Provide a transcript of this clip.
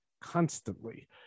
constantly